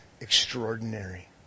extraordinary